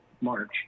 March